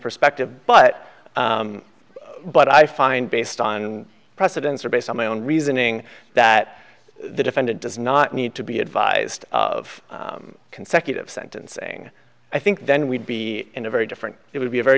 perspective but what i find based on precedents are based on my own reasoning that the defendant does not need to be advised of consecutive sentencing i think then we'd be in a very different it would be a very